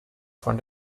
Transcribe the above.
von